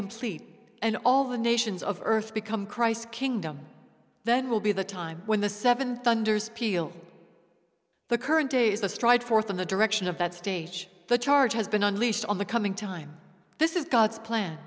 complete and all the nations of earth become christ's kingdom then will be the time when the seven thunders peal the current days the stride forth in the direction of that stage the charge has been unleashed on the coming time this is god's plan